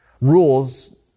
Rules